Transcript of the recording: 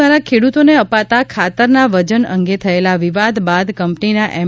દ્વારા ખેડૂતોને અપાતા ખાતરના વજન અંગે થયેલા વિવાદ બાદ કંપનીના એમ